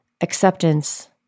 acceptance